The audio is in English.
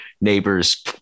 neighbors